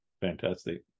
Fantastic